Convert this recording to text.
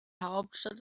hauptstadt